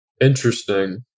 Interesting